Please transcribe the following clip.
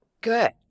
Good